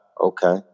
okay